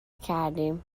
کردیم